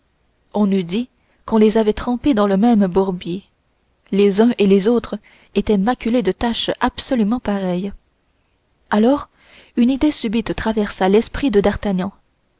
on eût dit qu'on les avait trempés dans le même bourbier les uns et les autres étaient maculés de taches absolument pareilles alors une idée subite traversa l'esprit de d'artagnan